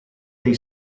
dei